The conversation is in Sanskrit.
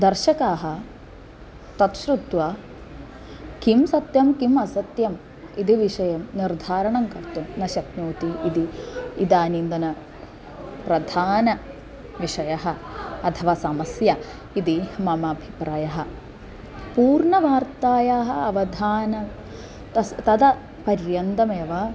दर्शकाः तत् श्रुत्वा किं सत्यं किम् असत्यम् इति विषयं निर्धारणं कर्तुं न शक्नोति इति इदानीन्तन प्रधानविषयः अथवा समस्या इति मम अभिप्रायः पूर्णवार्तायाः अवधानं तस्य तदा पर्यन्तमेव